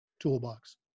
toolbox